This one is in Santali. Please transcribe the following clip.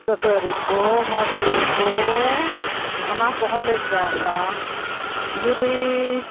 ᱠᱟᱹᱥᱟᱹᱨᱤ ᱠᱚ ᱢᱟᱥᱨᱤ ᱠᱚ ᱚᱱᱟ ᱠᱚᱦᱚᱸᱞᱮ ᱪᱟᱥᱟ ᱡᱩᱫᱤ